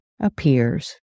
appears